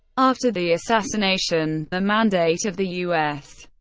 after the assassination, the mandate of the u s.